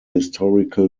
historical